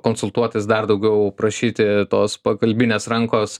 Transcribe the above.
konsultuotis dar daugiau prašyti tos pagalbinės rankos